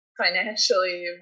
financially